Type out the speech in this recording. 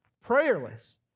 prayerless